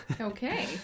Okay